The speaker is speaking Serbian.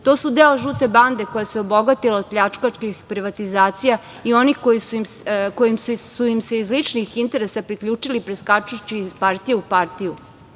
To su deo žute bande koji se obogatio od pljačkaških privatizacija i oni koji su im se iz ličnih interesa priključili preskačući iz partije u partiju.